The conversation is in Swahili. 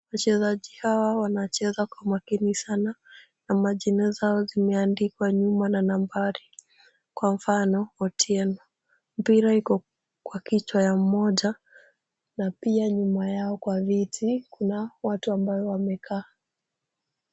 Wachezaji hawa wanacheza kwa makini sana, na majina zao zimeandikwa nyuma na nambari kwa mfano, Otieno. Mpira iko kwa kichwa ya mmoja na pia nyuma yao kwa viti kuna watu ambao wamekaa.